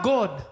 God